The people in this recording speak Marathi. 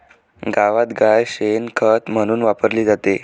गावात गाय शेण खत म्हणून वापरली जाते